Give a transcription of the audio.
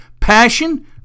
Passion